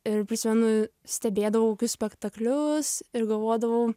ir prisimenu stebėdavau spektaklius ir galvodavau